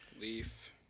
Leaf